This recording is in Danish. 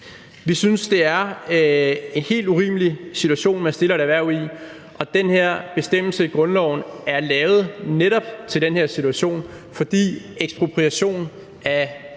Vi synes, det er en helt urimelig situation, man stiller et erhverv i, og den her bestemmelse i grundloven er lavet netop til den her situation, fordi ekspropriation af